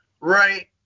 Right